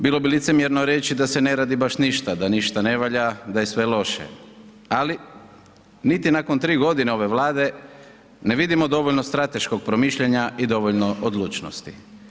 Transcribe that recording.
Bilo bi licemjerno reći da se ne radi baš ništa, da ništa ne valja, da je sve loše, ali niti nakon tri godine ove Vlade ne vidimo dovoljno strateškog promišljanja i dovoljno odlučnosti.